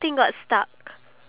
okay